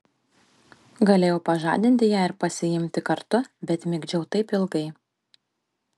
galėjau pažadinti ją ir pasiimti kartu bet migdžiau taip ilgai